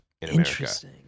interesting